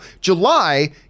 july